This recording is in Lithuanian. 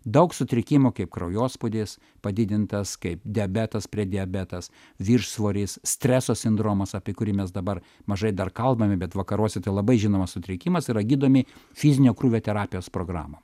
daug sutrikimų kaip kraujospūdis padidintas kaip diabetas prediabetas viršsvoris streso sindromas apie kurį mes dabar mažai dar kalbame bet vakaruose tai labai žinomas sutrikimas yra gydomi fizinio krūvio terapijos programa